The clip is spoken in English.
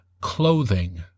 clothing